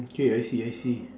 K I see I see